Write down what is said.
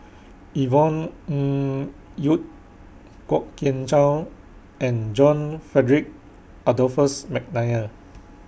Yvonne Ng Uhde Kwok Kian Chow and John Frederick Adolphus Mcnair